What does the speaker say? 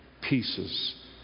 pieces